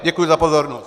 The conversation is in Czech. Děkuji za pozornost.